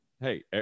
Hey